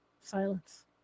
Silence